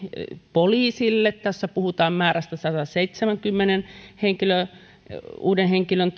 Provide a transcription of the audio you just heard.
poliisille tässä puhutaan sadanseitsemänkymmenen uuden henkilön